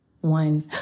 one